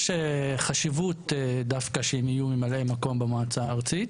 יש חשיבות דווקא שהם יהיו ממלאי מקום במועצה הארצית,